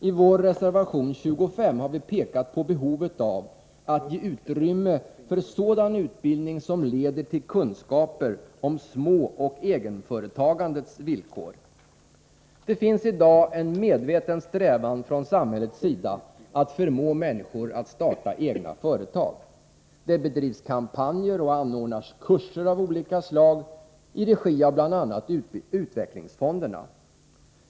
I vår reservation 25 har vi pekat på behovet av att ge utrymme för sådan utbildning som leder till kunskaper om småoch egenföretagandets villkor. Det finns i dag en medveten strävan från samhällets sida att förmå människor att starta egna företag. Det bedrivs kampanjer och anordnas kurser av olika slag i regi av bl.a. utvecklingsfonderna.